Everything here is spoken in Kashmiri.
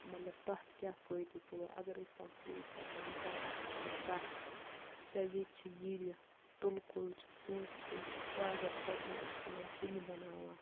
مطلب تَتھ کیٛاہ فٲیدٕ تُلو اگر أسۍ کانٛہہ کُل ژَٹو مِثال أسۍ ژَٹو پھَرٛس یا ییٚتہِ چھِ ییٖرِ تُلہٕ کُل چھِ ژوٗںٛٹھۍ کُل چھِ سُہ اگر ژَٹو أسۍ چھِ تِمَن ژِنہِ بَناوان